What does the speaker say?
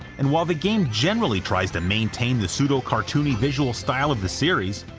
and while the game generally tries to maintain the pseudo-cartoony visual style of the series,